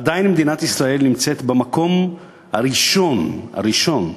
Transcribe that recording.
עדיין מדינת ישראל נמצאת במקום הראשון, הראשון,